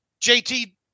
JT